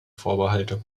vorbehalte